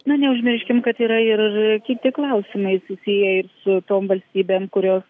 na neužmirškim kad yra ir kiti klausimai susiję ir su tom valstybėm kurios